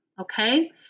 okay